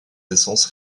essences